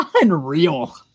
Unreal